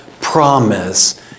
promise